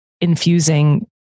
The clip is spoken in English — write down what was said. infusing